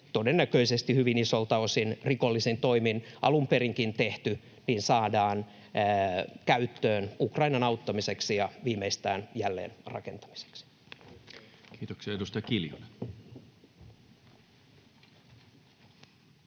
todennäköisesti hyvin isoilta osin alun perinkin rikollisin toimin tehty, saadaan käyttöön Ukrainan auttamiseksi ja viimeistään jälleenrakentamiseksi. Olkaa hyvä. [Puhuja siirtyy